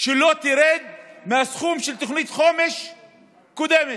לא תרד מהסכום של תוכנית החומש הקודמת.